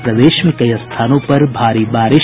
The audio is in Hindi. और प्रदेश के कई स्थानों पर भारी बारिश